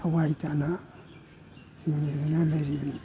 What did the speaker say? ꯊꯋꯥꯏ ꯇꯥꯅ ꯌꯦꯡꯖꯗꯨꯅ ꯂꯩꯔꯤꯕꯅꯤ